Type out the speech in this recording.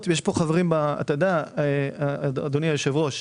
אדוני היושב-ראש,